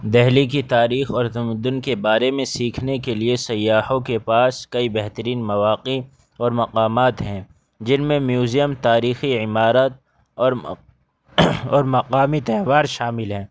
دہلی کی تاریخ اور تمدن کے بارے میں سیکھنے کے لیے سیاحوں کے پاس کئی بہترین مواقع اور مقامات ہیں جن میں میوزیم تاریخی عمارت اور مقامی تہوار شامل ہیں